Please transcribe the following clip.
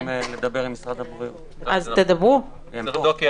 צריך לבדוק,